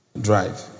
drive